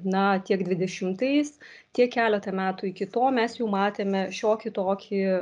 na tiek dvidešimtais tiek keletą metų iki to mes jau matėme šiokį tokį